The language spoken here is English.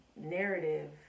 narrative